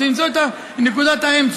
צריך למצוא את נקודת האמצע.